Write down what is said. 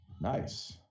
nice